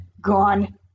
Gone